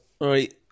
Right